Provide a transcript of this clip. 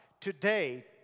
Today